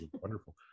wonderful